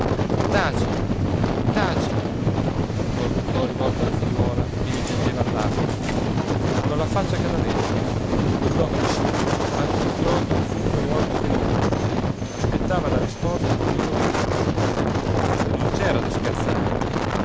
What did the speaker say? taci taci borbottò rivolto alla figliuola che gli piangeva allato colla faccia cadaverica cogli occhi simili a due chiodi in fondo alle orbite livide aspettava la risposta che gli dovevano infine non c'era da scherzare